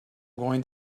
going